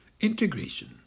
Integration